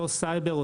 אותו סייבר,